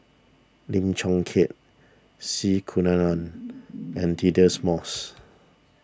Lim Chong Keat C Kunalan and Deirdre Moss